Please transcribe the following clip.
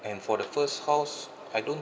and for the first house I don't